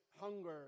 hunger